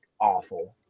awful